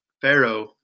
Pharaoh